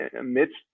amidst